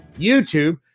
YouTube